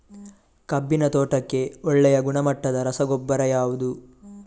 ಕಬ್ಬಿನ ತೋಟಕ್ಕೆ ಒಳ್ಳೆಯ ಗುಣಮಟ್ಟದ ರಸಗೊಬ್ಬರ ಯಾವುದು?